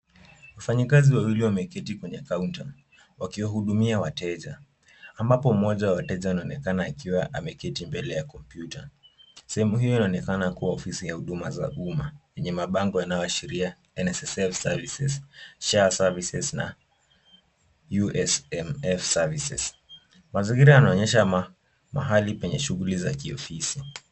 Wafanyakazi wawili wameketi kwenye kaunta wakiwahudumia wateja. Ambapo mmoja wa wateja anaonekana akiwa ameketi mbele ya kompyuta. Sehemu hiyo inaonekana kuwa ofisi ya huduma za umma yenye mabango yanayoashiria NSSF Services , SHA Service na USMF Services . Mazingira yanaonyesha mahali penye shughuli za kiofisi.